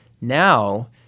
now